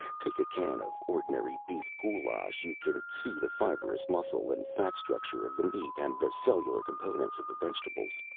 take a can of ordinary beef goulash you can see the fibrous muscle and fat structure of the meat, and the cellular components of the vegetables.